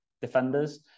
defenders